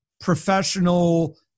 professional